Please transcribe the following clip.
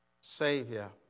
Savior